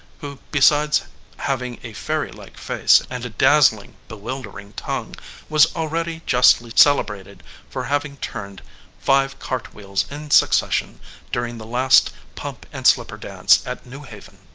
who besides having a fairylike face and a dazzling, bewildering tongue was already justly celebrated for having turned five cart-wheels in succession during the last pump-and-slipper dance at new haven.